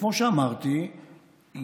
וכמו שאמרתי,